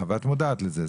את מודעת לזה.